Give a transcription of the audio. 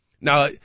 Now